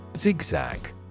Zigzag